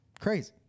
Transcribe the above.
crazy